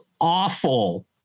awful